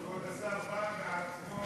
כבוד השר בא בעצמו,